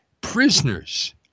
prisoners